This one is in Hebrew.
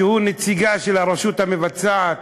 שהוא נציגה של הרשות המבצעת,